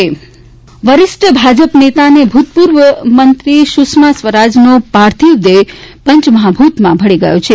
સુષ્મા સ્વરાજ વરિષ્ઠ ભાજપ નેતા અને ભૂતપૂર્વ મંત્રી સુષ્મા સ્વરાજનો પાર્થિવ દેહ પંચમહાભૂતમાં ભળી ગયો છે